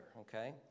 okay